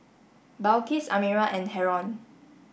Balqis Amirah and Haron